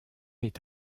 est